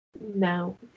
No